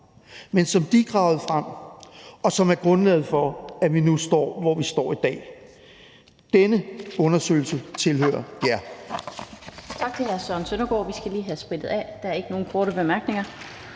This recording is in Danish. men som de gravede frem, og som er grundlaget for, at vi nu står, hvor vi står i dag. Denne undersøgelse tilhører jer.